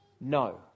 No